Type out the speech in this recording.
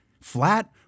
Flat